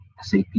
SAP